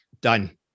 done